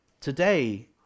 Today